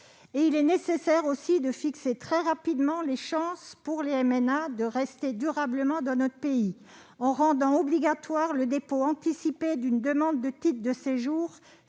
également nécessaire de déterminer très rapidement les chances des mineurs de rester durablement dans notre pays, en rendant obligatoire le dépôt anticipé d'une demande de titre de séjour